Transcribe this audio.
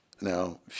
Now